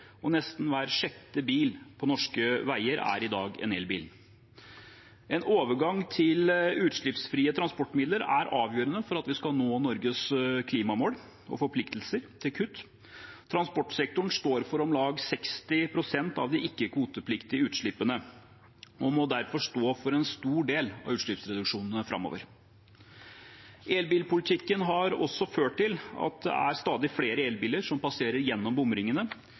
og nesten hver sjette bil på norske veier er i dag en elbil. En overgang til utslippsfrie transportmidler er avgjørende for at vi skal nå Norges klimamål og forpliktelser til kutt. Transportsektoren står for om lag 60 pst. av de ikke-kvotepliktige utslippene og må derfor stå for en stor del av utslippsreduksjonene framover. Elbilpolitikken har også ført til at det er stadig flere elbiler som passerer gjennom bomringene.